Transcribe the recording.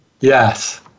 Yes